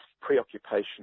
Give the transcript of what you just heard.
preoccupation